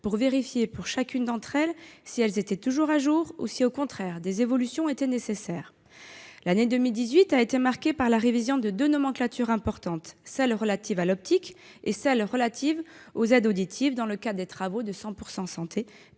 pour vérifier, pour chacune d'entre elles, si elles étaient toujours à jour ou si, au contraire, des évolutions étaient nécessaires. L'année 2018 a été marquée par la révision de deux nomenclatures importantes, relatives à l'optique et aux aides auditives, dans le cadre des travaux du 100 % santé